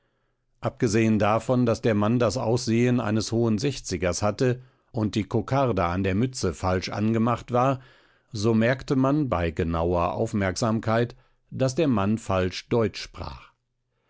abgesehen davon daß der mann das aussehen eines hohen sechzigers hatte und die kokarde an der mütze falsch angemacht war so merkte man bei genauer aufmerksamkeit daß der mann falsch deutsch sprach